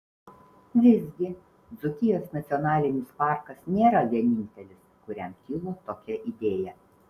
visgi dzūkijos nacionalinis parkas nėra vienintelis kuriam kilo tokia idėja